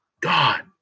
God